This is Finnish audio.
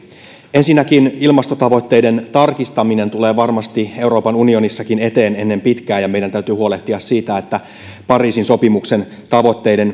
ensinnäkin ilmastotavoitteiden tarkistaminen tulee varmasti euroopan unionissakin eteen ennen pitkää ja meidän täytyy huolehtia siitä että myöskin pariisin sopimuksen tavoitteiden